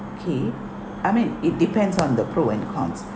K I mean it depends on the pro and cons